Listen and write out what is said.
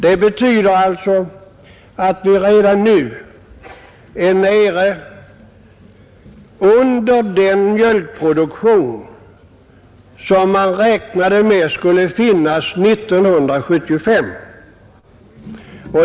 Det betyder att vi redan nu är nere under den mjölkproduktion som man räknar med för år 1975.